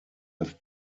have